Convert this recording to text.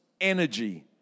energy